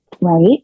Right